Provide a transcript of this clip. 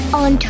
on